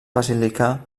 basílica